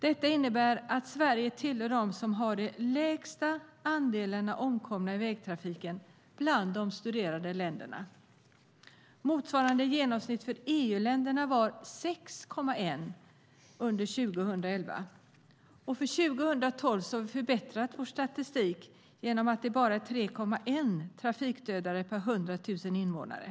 Detta innebär att Sverige hörde till dem som hade lägst andel omkomna i vägtrafiken bland de studerade länderna. Motsvarande genomsnitt för EU-länderna var 6,1 under 2011. För 2012 förbättrades vår statistik då Sverige hade 3,1 trafikdödade per 100 000 invånare.